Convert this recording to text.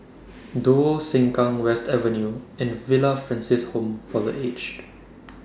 Duo Sengkang West Avenue and Villa Francis Home For The Aged